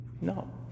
No